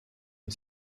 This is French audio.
une